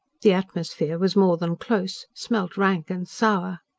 the atmosphere was more than close, smelt rank and sour.